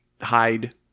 hide